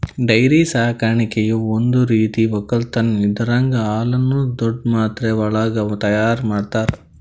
dairy ಸಾಕಾಣಿಕೆಯು ಒಂದ್ ರೀತಿಯ ಒಕ್ಕಲತನ್ ಇದರಾಗ್ ಹಾಲುನ್ನು ದೊಡ್ಡ್ ಮಾತ್ರೆವಳಗ್ ತೈಯಾರ್ ಮಾಡ್ತರ